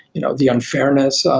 you know, the unfairness,